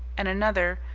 and another,